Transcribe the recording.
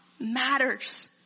matters